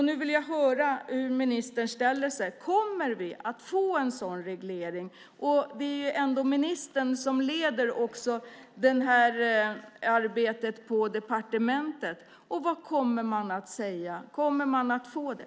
Nu vill jag höra hur ministern ställer sig: Kommer vi att få en sådan reglering? Det är ändå ministern som leder arbetet på departementet. Vad kommer man att säga? Kommer vi att få det?